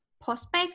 prospect